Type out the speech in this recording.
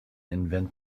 invent